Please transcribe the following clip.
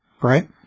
Right